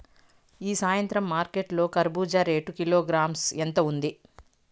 ఈ సాయంత్రం మార్కెట్ లో కర్బూజ రేటు కిలోగ్రామ్స్ ఎంత ఉంది?